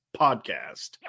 podcast